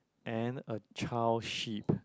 and a child sheep